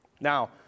Now